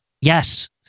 yes